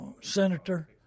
senator